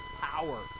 power